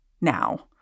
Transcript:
now